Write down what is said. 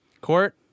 court